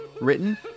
written